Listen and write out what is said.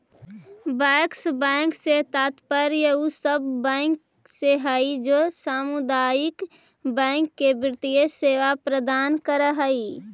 bankers bank से तात्पर्य उ सब बैंक से हइ जे सामुदायिक बैंक के वित्तीय सेवा प्रदान करऽ हइ